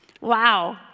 Wow